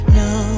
no